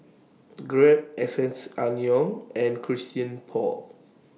Grab S S Angyong and Christian Paul